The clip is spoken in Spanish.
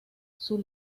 sus